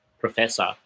professor